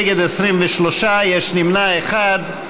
נגד, 23, יש נמנע אחד.